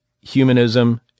humanism